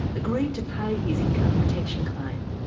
agreed to pay his income protection claim.